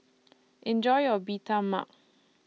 Enjoy your Bee Tai Mak